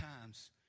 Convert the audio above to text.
times